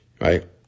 right